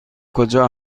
کجا